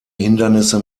hindernisse